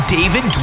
David